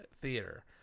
theater